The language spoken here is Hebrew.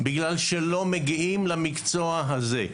אלא בגלל שלא מגיעים למקצוע הזה,